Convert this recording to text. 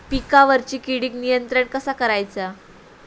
पिकावरची किडीक नियंत्रण कसा करायचा?